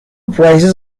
prices